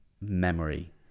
memory